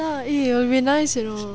eh will be nice you know